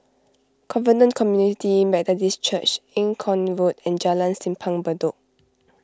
Covenant Community Methodist Church Eng Kong Road and Jalan Simpang Bedok